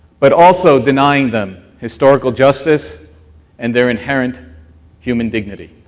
but also denying them historical justice and their inherent human dignity.